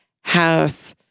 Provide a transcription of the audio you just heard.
house